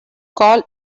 call